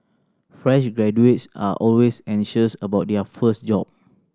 fresh graduates are always anxious about their first job